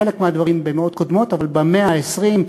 חלק מהדברים במאות קודמות, אבל במאה ה-20,